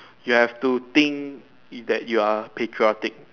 you have to think it that you are a patriotic